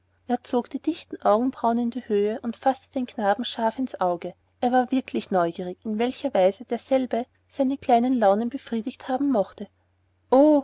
er zog die dichten augenbrauen in die höhe und faßte den knaben scharf ins auge er war wirklich neugierig in welcher weise derselbe seine kleinen launen befriedigt haben mochte o